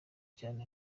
cyane